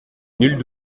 nulle